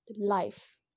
life